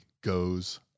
goes